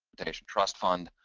trust fund,